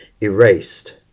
erased